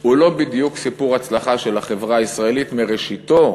הוא לא בדיוק סיפור הצלחה של החברה הישראלית מראשיתו